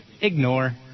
ignore